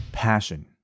passion